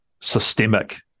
systemic